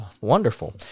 Wonderful